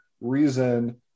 reason